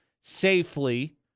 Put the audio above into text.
safely